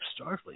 Starfleet